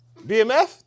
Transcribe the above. BMF